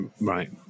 Right